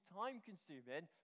time-consuming